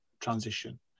transition